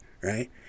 right